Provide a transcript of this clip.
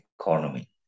economy